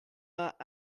that